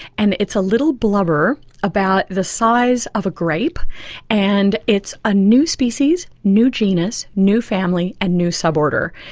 and it's a little blubber about the size of a grape and it's a new species, new genus, new family and new suborder.